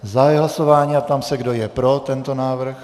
Zahajuji hlasování a ptám se, kdo je pro tento návrh.